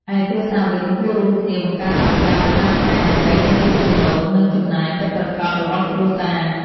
ឯគ្រួសារវិញគួររួមគ្នាបង្កើតថវិកាប្រចាំខែ ដើម្បីដឹងពីចំណូល និងចំណាយពិតប្រាកដរបស់គ្រួសារ។